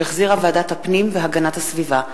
שהחזירה ועדת הפנים והגנת הסביבה.